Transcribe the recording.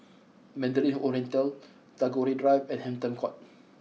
Mandarin Oriental Tagore Drive and Hampton Court